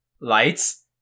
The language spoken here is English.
Lights